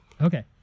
okay